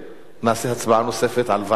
נעשה הצבעה נוספת על ועדה או הסרה.